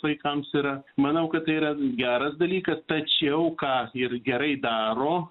vaikams yra manau kad tai yra geras dalykas tačiau ką ir gerai daro